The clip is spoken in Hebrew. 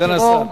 סגן השר,